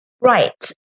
right